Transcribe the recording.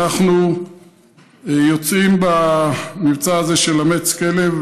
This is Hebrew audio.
אנחנו יוצאים במבצע הזה של אמץ כלב,